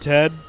Ted